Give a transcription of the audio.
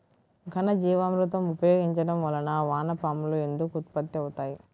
ఘనజీవామృతం ఉపయోగించటం వలన వాన పాములు ఎందుకు ఉత్పత్తి అవుతాయి?